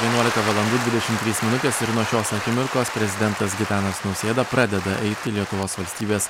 vienuolika valandų dvidešim trys minutės ir nuo tos akimirkos prezidentas gitanas nausėda pradeda eiti lietuvos valstybės